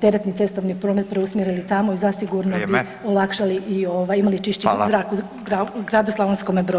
teretni cestovni promet preusmjerili tamo i zasigurno bi [[Upadica: Vrijeme]] olakšali i ovaj imali čišći zrak [[Upadica: Fala]] u gradu Slavonskome Brodu.